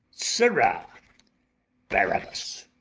sirrah barabas,